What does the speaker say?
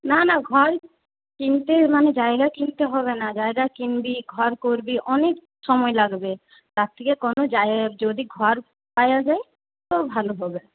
না না ঘর কিনতে মানে জায়গা কিনতে হবে না জায়গা কিনবি ঘর করবি অনেক সময় লাগবে তার থেকে কোন জায়গায় যদি ঘর পাই আগে তো ভালো হবে